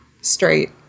straight